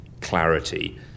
clarity